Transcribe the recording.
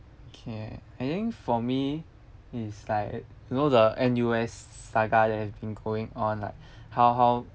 okay I think for me is like you know the N_U_S saga that has been going on like how how